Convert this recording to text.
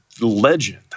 legend